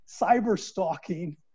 cyber-stalking